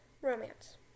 romance